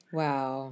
wow